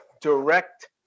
direct